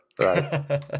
Right